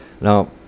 Now